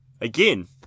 Again